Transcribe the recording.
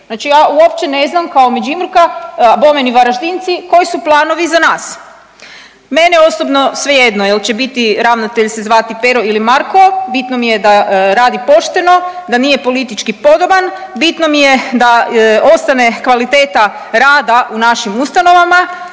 znači ja uopće ne znam kao Međimurka, a bome ni Varaždinci koji su planovi za nas. Meni je osobno svejedno jel će biti, ravnatelj se zvati Pero ili Marko, bitno mi je da radi pošteno, da nije politički podoban, bitno mi je da ostane kvaliteta rada u našim ustanovama,